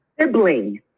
sibling